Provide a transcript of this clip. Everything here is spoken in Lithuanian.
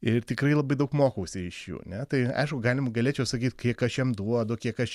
ir tikrai labai daug mokausi iš jų ne tai aišku galim galėčiau sakyt kiek aš jiem duodu kiek aš